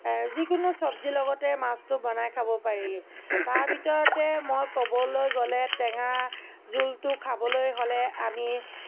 যিকোনো চব্জিৰ লগতে মাছটো বনাই খাব পাৰি তাৰ ভিতৰতে মই ক'বলৈ গ'লে টেঙা জোলটো খাবলৈ হ'লে আমি